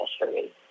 history